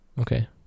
Okay